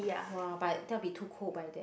!wah! but that will be too cold by then